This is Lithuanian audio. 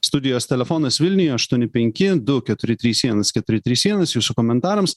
studijos telefonas vilniuje aštuoni penki du keturi trys vienas keturi trys vienas jūsų komentarams